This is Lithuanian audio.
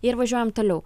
ir važiuojam toliau